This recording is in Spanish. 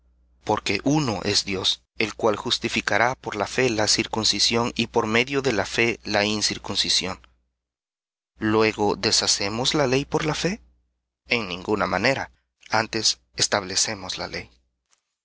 porque uno es dios el cual justificará por la fe la circuncisión y por medio de la fe la incircuncisión luego deshacemos la ley por la fe en ninguna manera antes establecemos la ley